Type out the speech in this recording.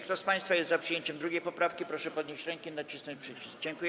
Kto z państwa jest za przyjęciem 2. poprawki, proszę podnieść rękę i nacisnąć przycisk.